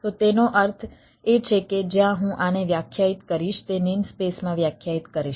તો તેનો અર્થ એ છે કે જ્યાં હું આને વ્યાખ્યાયિત કરીશ તે નેમસ્પેસમાં વ્યાખ્યાયિત કરીશ